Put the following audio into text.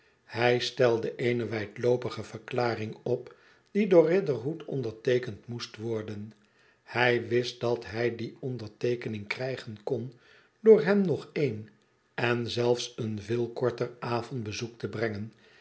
hij stelde eene wijdloopige verklaring op die door riderhood onderteekend moest worden hij wist dat hij die onderteekening krijgen kon door hem nog een en zelfs een veel korter avondbezoek te brengen